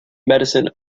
medicine